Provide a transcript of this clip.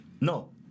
No